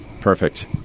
Perfect